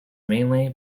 mainly